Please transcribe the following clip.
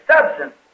substance